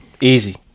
Easy